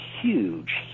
huge